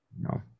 no